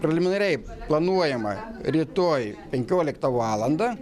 preliminariai planuojama rytoj penkioliktą valandą